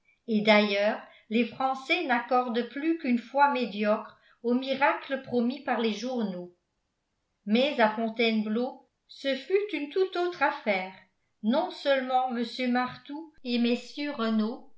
et d'ailleurs les français n'accordent plus qu'une foi médiocre aux miracles promis par les journaux mais à fontainebleau ce fut une tout autre affaire non seulement mr martout et mm renault